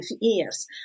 years